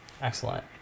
Excellent